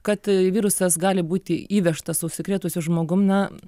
kad virusas gali būti įvežtas su užsikrėtusiu žmogum na